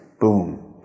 Boom